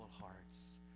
hearts